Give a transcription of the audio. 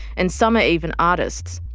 and some are even artists.